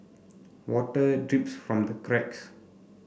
water drips from the cracks